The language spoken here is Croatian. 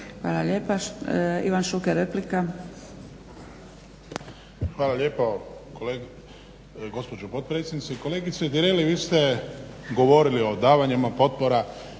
Hvala lijepa. Ivan Šuker, replika. **Šuker, Ivan (HDZ)** Hvala lijepo gospođo potpredsjednice. Kolegice Tireli vi ste govorili o davanjima potpora